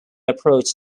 approach